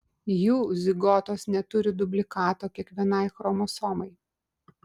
jų zigotos neturi dublikato kiekvienai chromosomai